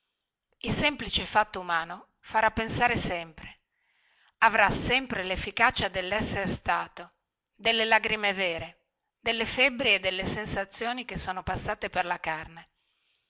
il semplice fatto umano farà pensare sempre avrà sempre lefficacia dellessere stato delle lagrime vere delle febbri e delle sensazioni che sono passate per la carne